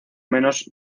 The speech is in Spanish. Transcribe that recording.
menos